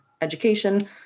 education